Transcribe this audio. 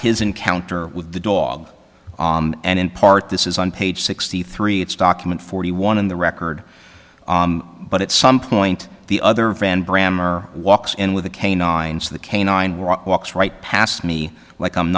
his encounter with the dog and in part this is on page sixty three it's document forty one in the record but at some point the other friend bram or walks in with a canine to the canine walks right past me like i'm